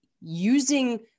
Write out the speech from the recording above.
using